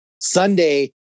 Sunday